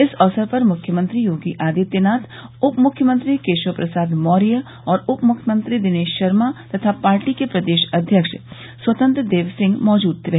इस अवसर पर मुख्यमंत्री योगी आदित्यनाथ उप मुख्यमंत्री केशव प्रसाद मौर्य और उप मुख्यमंत्री दिनेश शर्मा तथा पार्टी के प्रदेश अध्यक्ष स्वतंत्र देव सिंह मौजूद रहे